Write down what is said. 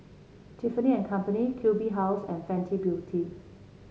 Tiffany And Company Q B House and Fenty Beauty